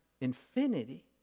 infinity